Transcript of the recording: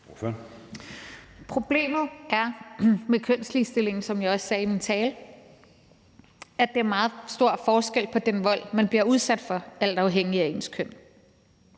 Problemet med kønsligestillingen er, som jeg også sagde i min tale, at der er meget stor forskel på den vold, man bliver udsat for, alt afhængigt af ens køn.